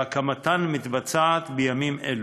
והקמתן מתבצעת בימים אלו.